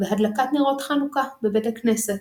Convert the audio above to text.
והדלקת נרות חנוכה בבית הכנסת.